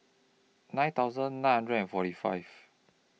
nine thousand nine hundred and forty five